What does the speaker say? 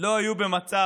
לא היו במצב